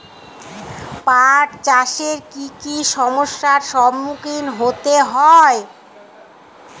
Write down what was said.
পাঠ চাষে কী কী সমস্যার সম্মুখীন হতে হয়?